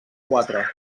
quatre